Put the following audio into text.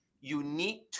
unique